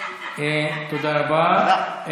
תודה רבה.